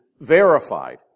verified